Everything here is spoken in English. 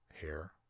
hair